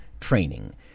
training